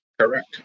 correct